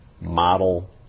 model